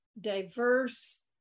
diverse